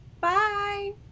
Bye